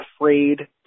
afraid